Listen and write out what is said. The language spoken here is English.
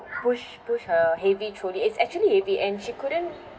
push push her heavy trolley it's actually heavy and she couldn't